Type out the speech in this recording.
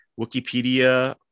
Wikipedia